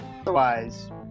Otherwise